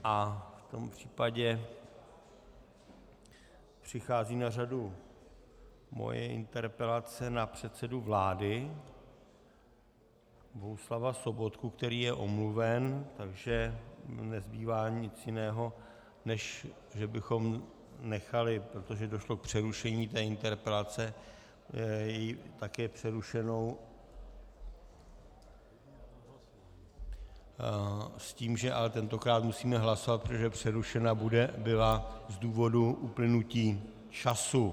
V tom případě přichází na řadu moje interpelace na předsedu vlády Bohuslava Sobotku, který je omluven, takže mi nezbývá nic jiného, než že bychom ji nechali, protože došlo k přerušení té interpelace, také přerušenou, s tím, že ale tentokrát musíme hlasovat, protože přerušena byla z důvodu uplynutí času.